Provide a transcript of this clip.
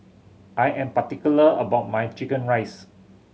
I am particular about my chicken rice